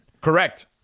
Correct